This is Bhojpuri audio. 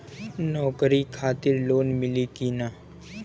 नौकरी खातिर लोन मिली की ना?